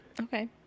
Okay